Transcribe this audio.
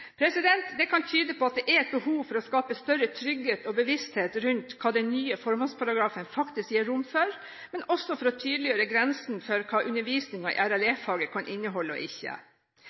Det kan tyde på at det er et behov for å skape større trygghet og bevissthet rundt hva den nye formålsparagrafen faktisk gir rom for, men også for å tydeliggjøre grensene for hva undervisningen i RLE-faget kan inneholde og ikke.